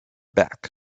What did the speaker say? back